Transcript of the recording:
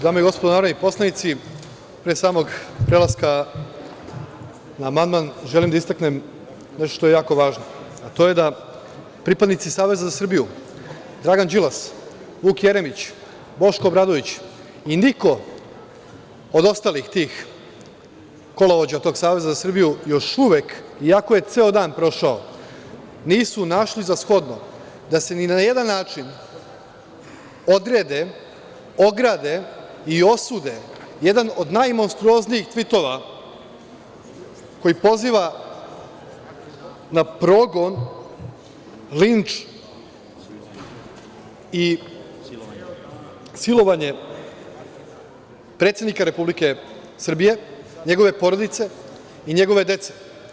Dame i gospodo narodni poslanici, pre samog prelaska na amandman želim da istaknem nešto što je jako važno, a to je da pripadnici za Saveza za Srbiju, Dragan Đilas, Vuk Jeremić, Boško Obradović i niko od ostalih tih kolovođa tog Saveza za Srbiju još uvek, iako je ceo dan prošao, nisu našli za shodno da se ni na jedan način odrede, ograde i osude jedan od najmonstruoznijih tvitova koji poziva na progon, linč i silovanje predsednika Republike Srbije, njegove porodice i njegove dece.